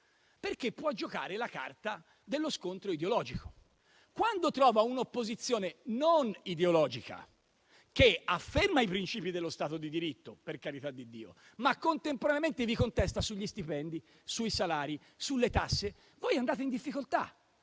perché può giocare la carta dello scontro ideologico. Quando trova un'opposizione non ideologica che afferma i principi dello Stato di diritto, ma contemporaneamente vi contesta sugli stipendi, sui salari, sulle tasse, voi andate in difficoltà,